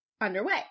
underway